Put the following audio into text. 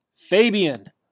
Fabian